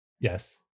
Yes